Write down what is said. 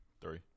three